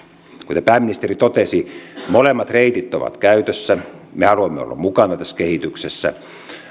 kuten pääministeri totesi molemmat reitit ovat käytössä me haluamme olla mukana tässä kehityksessä